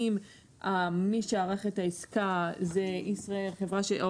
אם מי שערך את העסקה היא חברת ישראייר או